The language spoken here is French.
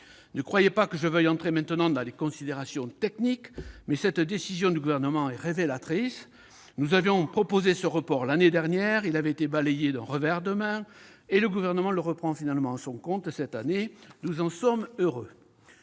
ne croyez pas que je veuille entrer maintenant dans des considérations techniques. Je relève simplement que cette décision du Gouvernement est révélatrice. Nous avions proposé ce report l'année dernière : il avait été balayé d'un revers de main. Finalement, le Gouvernement le reprend à son compte cette année. Nous en sommes heureux